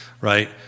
right